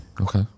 Okay